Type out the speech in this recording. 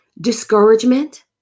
Discouragement